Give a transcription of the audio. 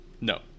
No